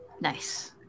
nice